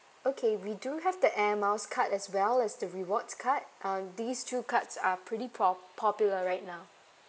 okay we do have the air miles card as well as the rewards card uh these two cards are pretty po~ popular right now